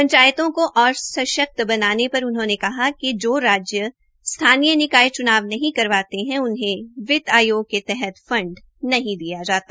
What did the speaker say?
पंचायतों को ओर सश्क्त बनाने पर उन्होंने कहा कि जो राज्य स्थानीय निकाय च्नान नहीं करवाते उन्हें वित्त आयोग के तहत फंड नहीं दिया जाता